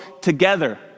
together